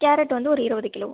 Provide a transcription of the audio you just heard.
carrot வந்து ஒரு இருபது கிலோ